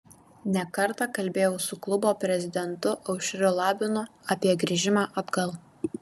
ne kartą kalbėjau su klubo prezidentu aušriu labinu apie grįžimą atgal